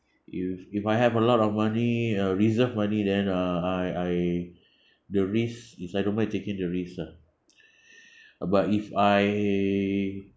you if I have a lot of money uh reserve money then uh I I the risk is I don't mind taking the risk lah but if I